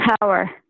power